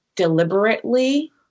deliberately